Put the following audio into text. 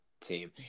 team